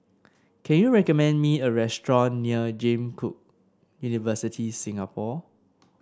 can you recommend me a restaurant near James Cook University Singapore